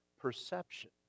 perception